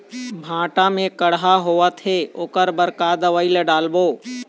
भांटा मे कड़हा होअत हे ओकर बर का दवई ला डालबो?